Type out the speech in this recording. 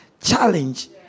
challenge